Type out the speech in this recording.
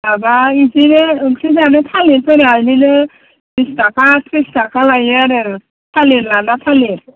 माबा बेदिनो ओंख्रि जानो थालिरफोरा बेदिनो बिस थाखा त्रिस थाखा लायो आरो थालिर लाना थालिर